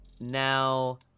Now